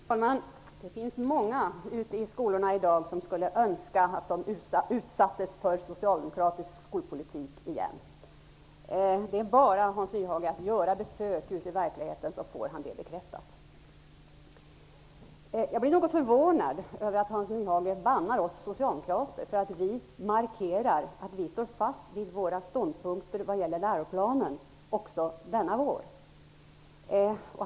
Fru talman! Det finns många ute i skolorna i dag som skulle önska att de ''utsattes'' för socialdemokratisk skolpolitik igen. Det är bara att göra besök ute i verkligheten, Hans Nyhage, för att få det bekräftat. Jag blir något förvånad över att Hans Nyhage bannar oss socialdemokrater för att vi markerar att vi står fast vid våra ståndpunkter vad gäller läroplanen också denna vår.